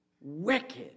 Wicked